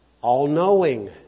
all-knowing